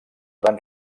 van